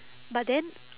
but then